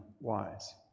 wise